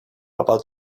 about